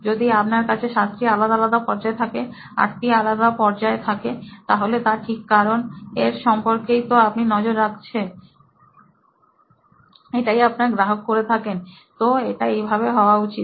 যদি আপনার কাছে সাতটি আলাদা আলাদা পর্যায় থাকে আটটি আলাদা পর্যায় থাকে তাহলে তা ঠিক কারণ এর সম্পর্কে ই তো আপনি নজর রাখছে এটাই আপনার গ্রাহক করে থাকেন তো এটা এইভাবেই হওয়া উচিত